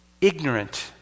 ignorant